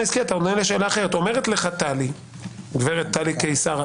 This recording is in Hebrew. אומרת לך הגברת טלי קיסר,